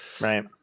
Right